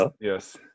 yes